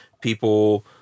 People